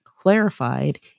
clarified